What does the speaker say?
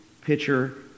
pitcher